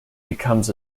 becomes